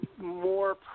more